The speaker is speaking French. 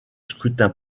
scrutin